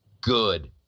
good